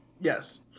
Yes